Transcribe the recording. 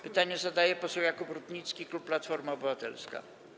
Pytanie zadaje poseł Jakub Rutnicki, klub Platforma Obywatelska.